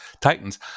Titans